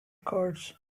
cards